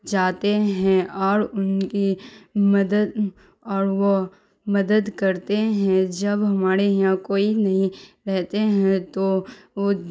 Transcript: جاتے ہیں اور ان کی مدد اور وہ مدد کرتے ہیں جب ہمارے یہاں کوئی نہیں رہتے ہیں تو وہ